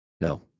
No